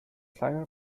kleine